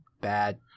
bad